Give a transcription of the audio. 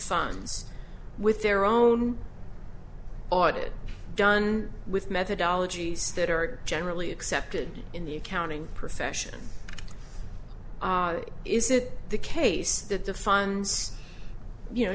signs with their own audit done with methodology that are generally accepted in the accounting profession is it the case that the funds you know